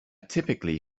typically